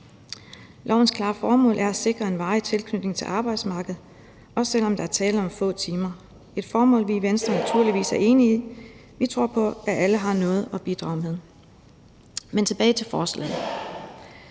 Lovens klare formål er at sikre en varig tilknytning til arbejdsmarkedet, også selv om der kun er tale om få timer – et formål, som vi i Venstre naturligvis er enige i, for vi tror, alle har noget at bidrage med. Tilbage til forslaget: